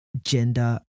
gender